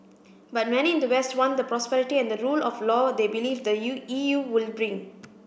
but many in the west want the prosperity and the rule of law they believe the U E U would bring